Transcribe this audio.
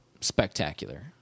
spectacular